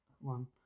one